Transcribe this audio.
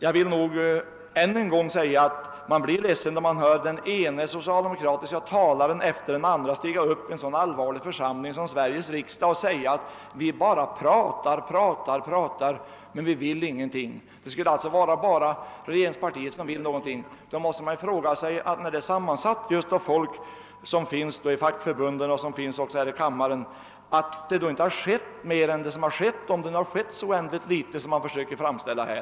Man blir som sagt ledsen när man hör den ena socialdemokratiska talaren efter den andra stiga upp i en så allvarlig församling som Sveriges riksdag och säga, att vi bara pratar och pratar utan att vilja någonting. Det skulle alltså bara vara regeringspartiet som verkligen vill någonting. Regeringspartiet består emellertid av folk från fackförbunden och ledamöter här i kammaren, och man frågar sig då varför det inte skett mer på detta område, om det nu skett så oändligt litet som man försöker göra gällande.